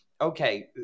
okay